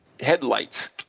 headlights